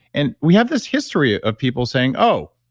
and we have this history of people saying, oh,